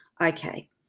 okay